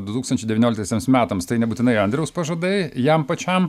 du tūkstančiai devynioliktiesiems metams tai nebūtinai andriaus pažadai jam pačiam